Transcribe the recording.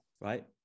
right